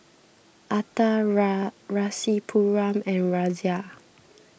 Atal Rasipuram and Razia